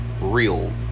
real